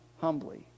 humbly